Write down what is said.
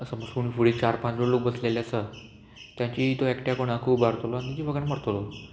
आतां समज कोण फुडें चार पांचवो लोक बसलेले आसा ताची तो एकट्या कोणाकूय उबारतलो आनी तेंचीं फकांणां मारतलो